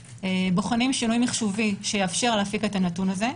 בוחנים שינוי מחשובי שיאפשר להפיק את הנתון הזה.